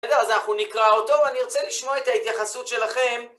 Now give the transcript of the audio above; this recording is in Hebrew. אז אנחנו נקרא אותו, ואני ארצה לשמוע את ההתייחסות שלכם.